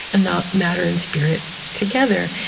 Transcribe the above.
and not matter and spirit together.